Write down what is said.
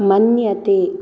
मन्यते